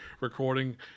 recording